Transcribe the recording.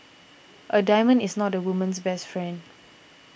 a diamond is not a woman's best friend